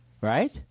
right